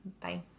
Bye